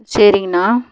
சரிங்கண்ணா